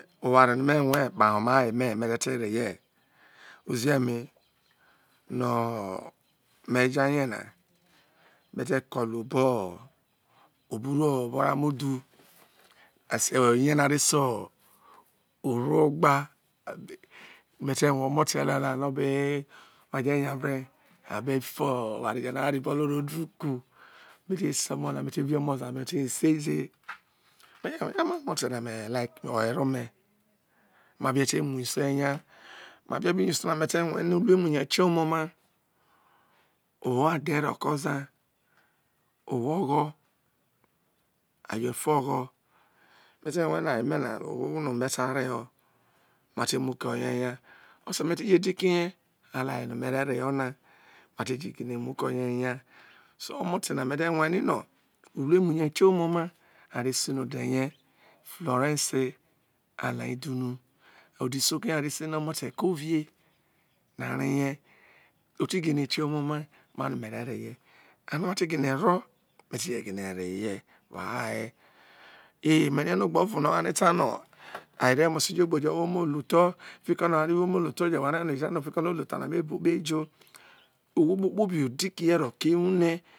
Owere no me ruo kpahe ome mere te re ye uzome no̱ me je̱ na me̱ te ko̱ luo̱ oho̱ obi ru obo oramudhu e̱se iye̱ na re seo oruogba me̱te̱ rue o̱mo̱te̱ nana no je nya vre̱ o̱be fo oware jọ no are̱ ro ibo̱lo ro du kru me te se omo na mete vi ona ote seize omotu me like owereome ma te mu usu ho̱, marie̱ be nya usu na me̱ te rue no̱ urueme ye kiho̱mome oma, owo adhe ro̱ ko̱ o̱ za owo o̱gho̱ aye fo̱ gho̱ me̱ te̱ rue̱ no̱ aye me ta reho mate muo uko ye̱ eya one ti je̱ diki he no aye no̱ me̱ re̱ reho na mate je muo uko ye eya so omote me te rue ni no ureumu ye okieho ome oma are se no̱ ode̱ ye̱ florence anaidhuno ode̱ isoko ye̱ are se no omote ko̱vie are ye oti gine kueho̱ ome oma ma no mere reye mama va te gine̱ reye woho aya emerie̱ no̱ ogbe̱ o̱vo no tua ne ta no aye re mo̱se wo ayere mose wo ogbe no owo omo ohu tho fiki no owome ohutho̱ ne me bru kpei ijo owo kpo kpobi o dikihe̱ roke̱ ewu ne̱